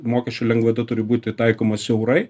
mokesčių lengvata turi būti taikoma siaurai